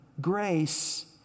Grace